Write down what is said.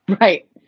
Right